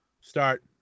Start